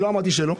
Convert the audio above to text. לא אמרתי שלא.